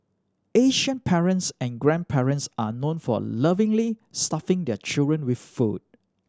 asian parents and grandparents are known for lovingly stuffing their children with food